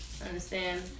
understand